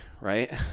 Right